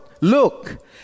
look